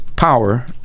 power